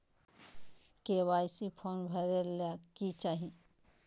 KYC form भरे ले कि चाही?